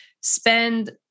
spend